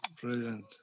Brilliant